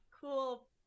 cool